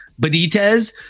Benitez